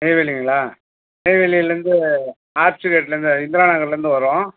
நெய்வேலிங்களா நெய்வேலிலேருந்து ஆர்ச்சு கேட்லேருந்து இந்திரா நகர்லேருந்து வரும்